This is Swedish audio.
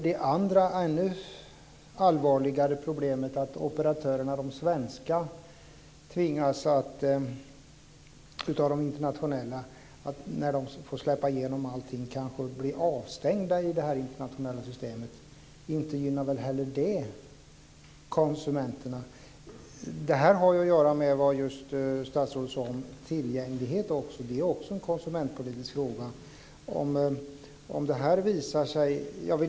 Det andra problemet, som är ännu mer allvarligt, är att när de internationella operatörerna får släppa igenom allting tvingas kanske de svenska operatörerna att bli avstängda från detta internationella system. Inte gynnar väl heller det konsumenterna? Detta har ju att göra med just det som statsrådet sade om tillgänglighet. Det är också en konsumentpolitisk fråga.